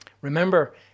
Remember